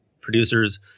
producers